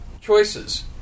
choices